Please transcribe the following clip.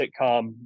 sitcom